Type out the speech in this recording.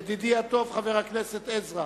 ידידי הטוב, חבר הכנסת עזרא.